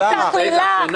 וחשובים.